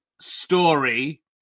story